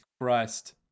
Christ